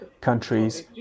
countries